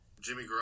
Jimmy